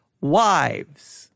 wives